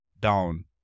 down